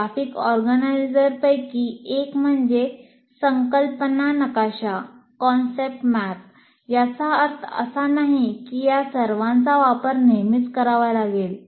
याचा अर्थ असा नाही की या सर्वांचा वापर नेहमीच करावा लागेल